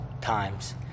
times